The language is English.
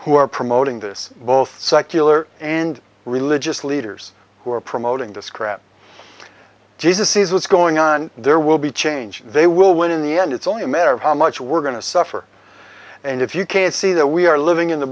are promoting this both secular and religious leaders who are promoting this crap jesus sees what's going on there will be change they will win in the end it's only a matter of how much we're going to suffer and if you can't see that we are living in the